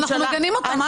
נו, אנחנו מגנים אותם.